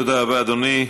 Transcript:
תודה רבה, אדוני.